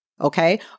Okay